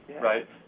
right